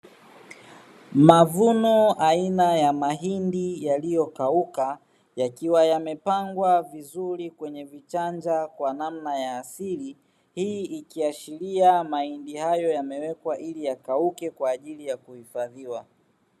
Mavuno aina ya mahindi yaliyo kauka yakiwa yamepangwa vizuri kwenye vichanja kwa namna ya asili, hii ikiashiria mahindi hayo yamewekwa ili yakauke kwa ajili ya kuhifadhiwa.